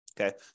Okay